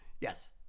Yes